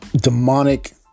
demonic